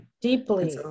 deeply